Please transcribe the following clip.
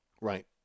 Right